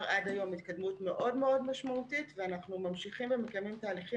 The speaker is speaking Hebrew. התקדמות משמעותית מאוד עד היום ואנחנו ממשיכים ומקיימים תהליכים